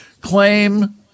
claim